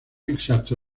exacto